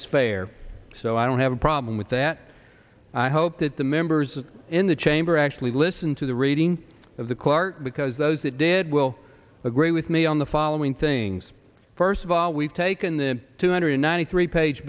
is fair so i don't have a problem with that i hope that the members in the chamber actually listen to the reading of the quarte because those that did will agree with me on the following things first of all we've taken the two hundred ninety three page